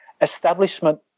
establishment